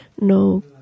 no